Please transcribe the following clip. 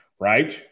right